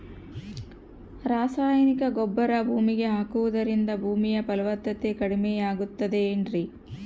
ರಾಸಾಯನಿಕ ಗೊಬ್ಬರ ಭೂಮಿಗೆ ಹಾಕುವುದರಿಂದ ಭೂಮಿಯ ಫಲವತ್ತತೆ ಕಡಿಮೆಯಾಗುತ್ತದೆ ಏನ್ರಿ?